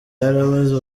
yarabuze